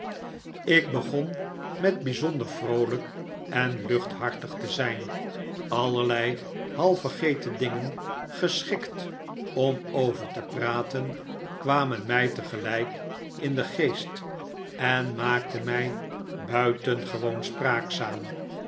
ik begon met bijzonder vroolijk en luchthartig te zijn allerlei halfvergeten dingen geschikt om over te praten kwamen mij tegelijk in den geest en maakten mij buitengewoon spraakzaam